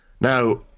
Now